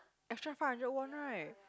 extra five hundred won right